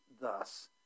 thus